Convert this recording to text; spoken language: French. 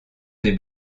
des